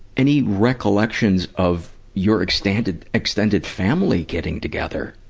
any recollections of your extended, extended family getting together?